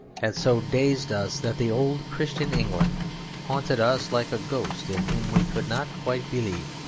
had so dazed us that the old christian england haunted us like a ghost in whom we could not quite believe.